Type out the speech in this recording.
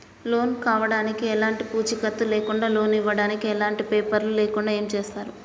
Loan కావడానికి ఎలాంటి పూచీకత్తు లేకుండా లోన్ ఇవ్వడానికి ఎలాంటి పేపర్లు లేకుండా ఏం చేస్తారు?